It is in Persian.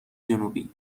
جنوبی